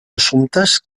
assumptes